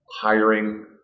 hiring